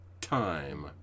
Time